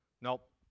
Nope